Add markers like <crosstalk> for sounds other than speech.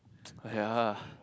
<noise> ya